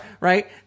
right